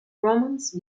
romance